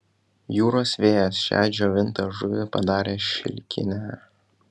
jūros vėjas šią džiovintą žuvį padarė šilkinę